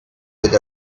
with